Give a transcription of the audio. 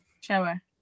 shower